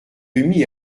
demi